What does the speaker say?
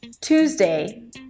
Tuesday